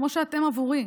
כמו שאתם עבורי,